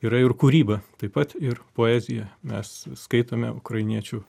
yra ir kūryba taip pat ir poezija mes skaitome ukrainiečių